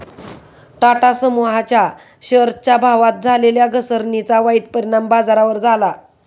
टाटा समूहाच्या शेअरच्या भावात झालेल्या घसरणीचा वाईट परिणाम बाजारावर झाला